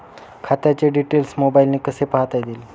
खात्याचे डिटेल्स मोबाईलने कसे पाहता येतील?